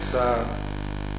אדוני השר,